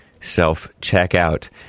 self-checkout